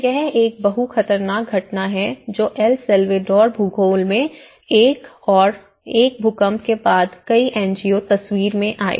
तो यह एक बहु खतरनाक घटना है जो एल साल्वाडोर भूगोल में हुई और एक भूकंप के बाद कई एनजीओ तस्वीर में आए